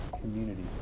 community